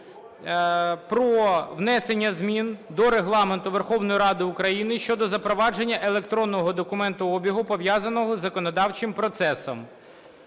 про внесення змін до Регламенту Верховної Ради України щодо запровадження електронного документообігу, пов'язаного із законодавчим процесом.